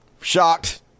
Shocked